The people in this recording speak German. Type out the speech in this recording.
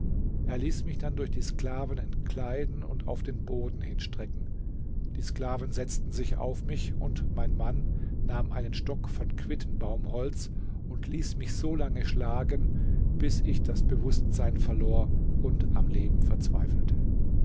er ließ mich dann durch die sklaven entkleiden und auf den boden hinstrecken die sklaven setzten sich auf mich und mein mann nahm einen stock von quittenbaumholz und ließ mich so lange schlagen bis ich das bewußtsein verlor und am leben verzweifelte